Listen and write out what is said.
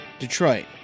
Detroit